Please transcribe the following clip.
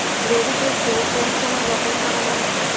রবি শস্য কোন সময় বপন করা হয়?